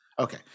Okay